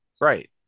right